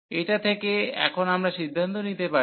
এটা থেকে এখন আমরা সিদ্ধান্ত নিতে পারি